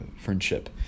friendship